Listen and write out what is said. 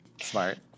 Smart